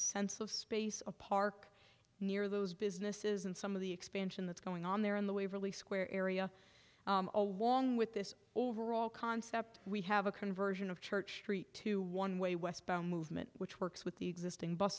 sense of space a park near those businesses and some of the expansion that's going on there in the waverly square area along with this overall concept we have a conversion of church street to one way west movement which works with the existing bus